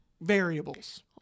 variables